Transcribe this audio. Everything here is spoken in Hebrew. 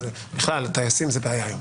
בכלל, טייסים זה בעיה היום.